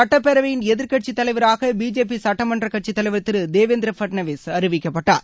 சுட்டப்பேரவையின் எதிர்க்கட்சித் தலைவராக பிஜேபி சுட்டமன்ற கட்சித் தலைவர் திரு தேவேந்திர ஃபட்னவிஸ் அறிவிக்கப்பட்டார்